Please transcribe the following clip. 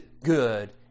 good